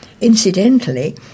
Incidentally